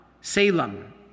Salem